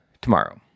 tomorrow